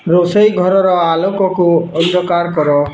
ରୋଷେଇ ଘରର ଆଲୋକକୁ ଅନ୍ଧକାର କର